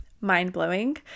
mind-blowing